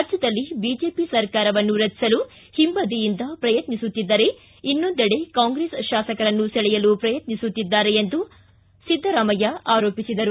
ರಾಜ್ಯದಲ್ಲಿ ಬಿಜೆಪಿ ಸರ್ಕಾರವನ್ನು ರಚಿಸಲು ಹಿಂಬದಿಯಿಂದ ಪ್ರಯತ್ನಿಸುತ್ತಿದ್ದರೆ ಇನ್ನೊಂದೆಡೆ ಕಾಂಗ್ರೆಸ್ ಶಾಸಕರನ್ನು ಸೆಳೆಯಲು ಪ್ರಯತ್ನಿಸುತ್ತಿದ್ದಾರೆ ಆರೋಪಿಸಿದರು